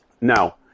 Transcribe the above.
Now